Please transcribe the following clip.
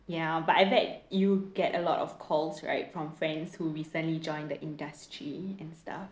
ya but I bet you get a lot of calls right from friends who recently joined the industry and stuff